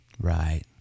Right